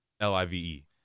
L-I-V-E